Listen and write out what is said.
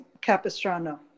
Capistrano